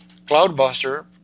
cloudbuster